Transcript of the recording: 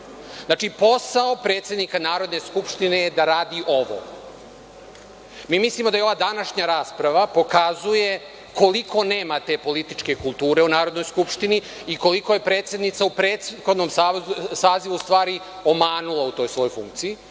itd. Znači, posao predsednika Narodne skupštine je da radi ovo. Mi mislimo da je ova današnja rasprava pokazala koliko nemate političke kulture u Narodnoj skupštini i koliko je predsednica u prethodnom sazivu u stvari omanula u toj svojoj funkciji